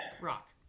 Rock